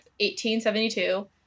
1872